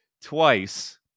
twice